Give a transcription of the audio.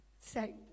Say